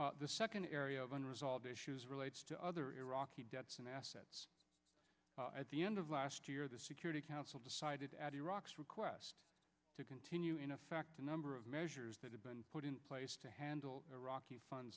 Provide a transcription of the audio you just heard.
issue the second area of unresolved issues relates to other iraq debts and assets at the end of last year the security council decided at iraq's request to continue in effect a number of measures that have been put in place to handle iraq funds